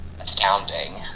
astounding